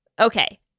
Okay